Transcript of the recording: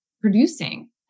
producing